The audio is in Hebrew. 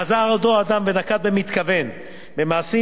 חזר אותו אדם ונקט במתכוון במעשים